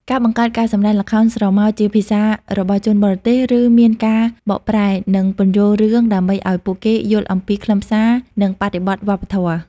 ការបង្កើតការសម្តែងល្ខោនស្រមោលជាភាសារបស់ជនបរទេស ឬមានការបកប្រែ និងពន្យល់រឿង ដើម្បីឲ្យពួកគេយល់អំពីខ្លឹមសារនិងបរិបទវប្បធម៌។